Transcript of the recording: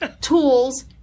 tools